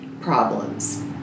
problems